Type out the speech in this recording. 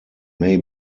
may